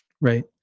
Right